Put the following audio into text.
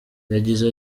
yagize